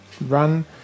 run